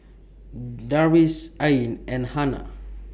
Darwish Ain and Hana